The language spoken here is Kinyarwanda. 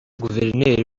guverineri